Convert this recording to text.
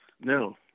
No